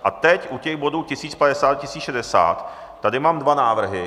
A teď u těch bodů 1050, 1060 tady mám dva návrhy.